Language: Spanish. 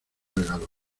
regalos